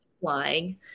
flying